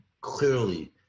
clearly